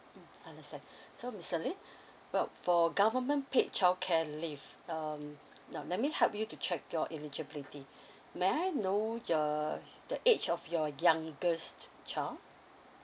understand so miss serene well for government paid childcare leave um now let me help you to check your eligibility may I know the the age of your youngest child